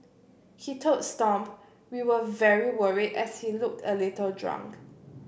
he told Stomp we were very worried as he looked a little drunk